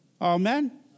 Amen